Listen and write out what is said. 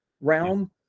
realm